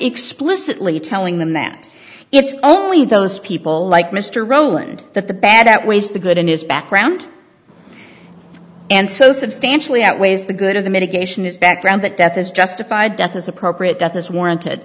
explicitly telling them that it's only those people like mr rowland that the bad outweighs the good in his background and so substantially outweighs the good of the mitigation is background that death is justified death is appropriate death is warranted